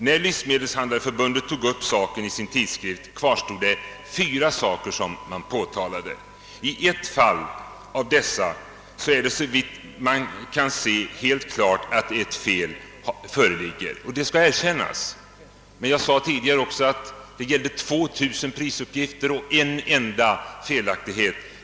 När livsmedelshandlareförbundet tog upp detta i sin tidskrift kvarstod fyra fall som man påtalade. I ett av dessa är det, såvitt man kan se, helt klart att fel föreligger, och det skall erkännas. Men jag sade tidigare att det gäller 2000 prisuppgifter men bara en enda felaktighet.